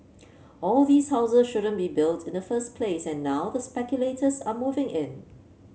all these house shouldn't been built in the first place and now the speculators are moving in